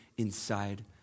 inside